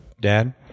dad